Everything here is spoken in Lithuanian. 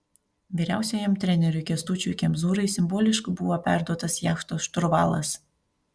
vyriausiajam treneriui kęstučiui kemzūrai simboliškai buvo perduotas jachtos šturvalas